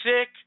Sick